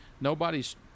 Nobody's